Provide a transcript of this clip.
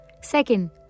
Second